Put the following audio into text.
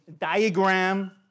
diagram